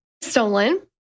Stolen